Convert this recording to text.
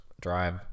drive